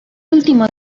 último